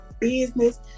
business